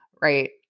right